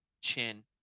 chin